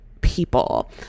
people